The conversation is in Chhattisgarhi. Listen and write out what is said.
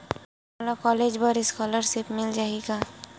मोला कॉलेज बर स्कालर्शिप मिल जाही का?